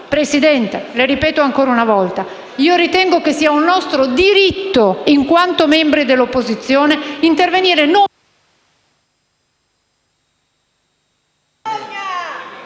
Presidente, le ripeto ancora una volta, ritengo sia un nostro diritto, in quanto membri dell'opposizione, intervenire non...